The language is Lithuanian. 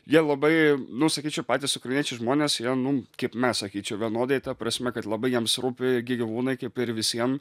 jie labai nu sakyčiau patys ukrainiečiai žmonės jie nu kaip mes sakyčiau vienodai ta prasme kad labai jiems rūpi gyvūnai kaip ir visiem